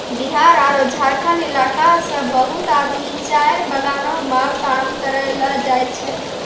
बिहार आरो झारखंड इलाका सॅ बहुत आदमी चाय बगानों मॅ काम करै ल जाय छै